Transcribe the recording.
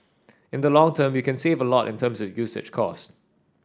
in the long term you can save a lot in terms of usage cost